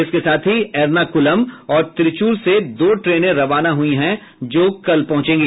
इसके साथ ही एर्नाकुलम और त्रिचूर से दो ट्रेने रवाना हुई है जो कल पहुंचेगी